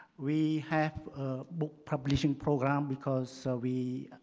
we have a book publishing program because so we